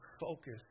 focus